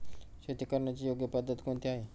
शेती करण्याची योग्य पद्धत कोणती आहे?